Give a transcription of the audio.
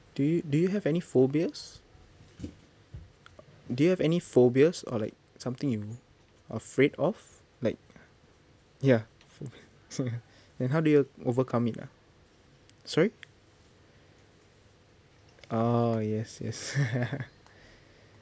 do you do you have any phobias do you have any phobias or like something you afraid of like ya so then how do you overcome it ah sorry oh yes yes